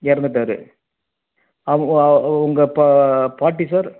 இறந்துட்டாரு உங்கள் பா பாட்டி சார்